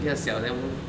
then 比较小 then